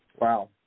Wow